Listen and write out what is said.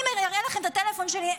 אם אני אראה לכם את הטלפון שלי,